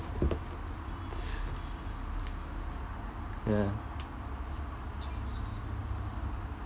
ya